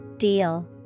Deal